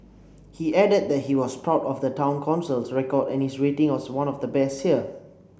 he added that he was proud of the Town Council's record and its rating as one of the best here